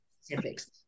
specifics